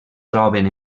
troben